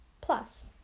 plus